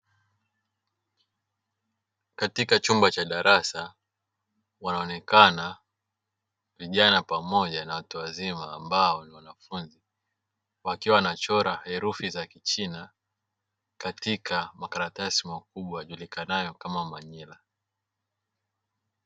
Katika chumba cha darasa wanaonekana vijana pamoja na watu wazima ambao ni wanafunzi, wakiwa wanachora herufi za kichina katika makaratasi makubwa yajulikanayo kama manila.